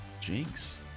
Jinx